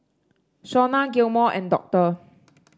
Shauna Gilmore and Doctor